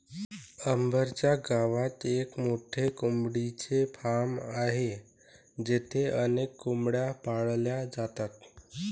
अंबर च्या गावात एक मोठे कोंबडीचे फार्म आहे जिथे अनेक कोंबड्या पाळल्या जातात